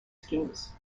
schemes